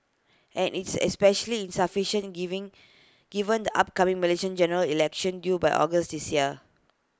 and it's especially insufficient in giving given the upcoming Malaysian General Election due by August this year